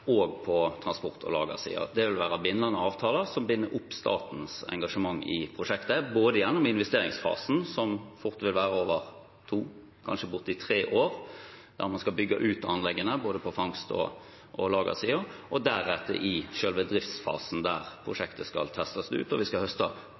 og på transport- og lagersiden. Det vil være bindende avtaler som binder opp statens engasjement i prosjektet, både gjennom investeringsfasen – som fort vil være over to, kanskje bortimot tre år – der man skal bygge ut anleggene, både på fangst- og lagersiden, og deretter i selve driftsfasen, der